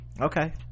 okay